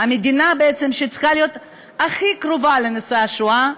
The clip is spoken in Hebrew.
המדינה שבעצם צריכה להיות הכי קרובה לנושא השואה,